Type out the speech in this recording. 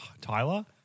Tyler